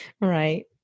Right